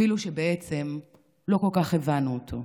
אפילו שבעצם לא כל כך הבנו אותו.